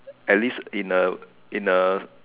at least in a in a